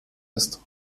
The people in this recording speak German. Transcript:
ist